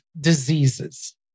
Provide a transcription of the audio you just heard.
diseases